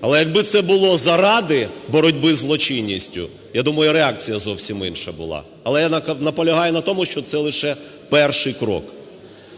але якби це було заради боротьби із злочинністю, я думаю, реакція зовсім інша була. Але я наполягаю на тому, що це лише перший крок.